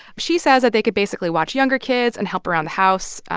she says that they could basically watch younger kids and help around the house,